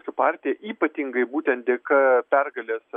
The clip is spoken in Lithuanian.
su partija ypatingai būtent dėka pergalės